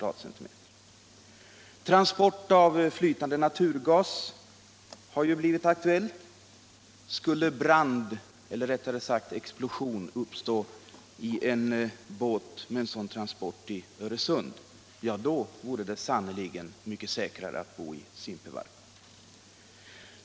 Transport sjöledes av flytande naturgas har blivit aktuell. Skulle brand, eller rättare sagt explosion, uppstå i en båt med en sådan transport i Öresund, då vore det sannerligen mycket säkrare att bo i Simpevarp!